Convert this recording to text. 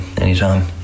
anytime